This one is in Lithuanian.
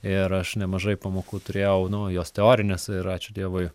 ir aš nemažai pamokų turėjau nu jos teorinės ir ačiū dievui